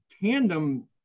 tandem